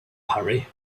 hurry